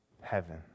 heaven